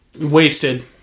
Wasted